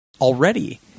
already